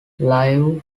live